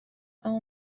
اما